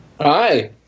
hi